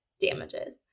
damages